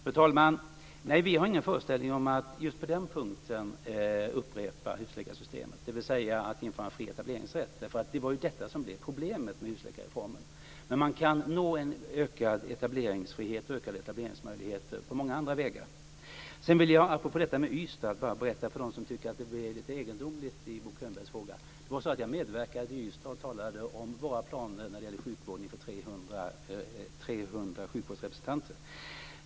Fru talman! Nej, vi har ingen föreställning om att just på den punkten upprepa husläkarsystemet, dvs. att införa en fri etableringsrätt. Det var ju detta som blev problemet med husläkarreformen. Men man kan nå en ökad etableringsfrihet och ökade etableringsmöjligheter på många andra vägar. Apropå detta med Ystad vill jag bara berätta för dem som tycker att det Bo Könberg sade var lite egendomligt, att jag medverkade i Ystad och talade om våra planer när det gäller sjukvården inför 300 sjukvårdsrepresentanter.